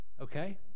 okay